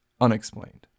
unexplained